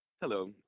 Hello